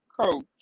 coach